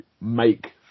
make